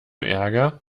ärger